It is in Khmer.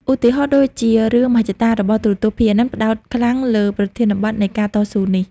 ឧទាហរណ៍ដូចជារឿង "មហិច្ឆតា" របស់ ទូរទស្សន៍ PNN ផ្តោតខ្លាំងលើប្រធានបទនៃការតស៊ូនេះ។